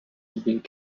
weaving